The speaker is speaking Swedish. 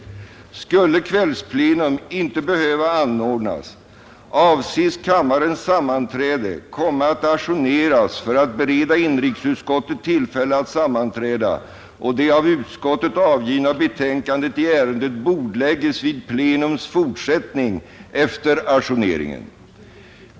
Skulle kvällsplenum inte behöva anordnas avses kammarens sammanträde komma att ajourneras för att bereda inrikesutskottet tillfälle att sammanträda och det av utskottet avgivna betänkandet i ärendet bordlägges vid plenums fortsättning efter ajourneringen.